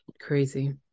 crazy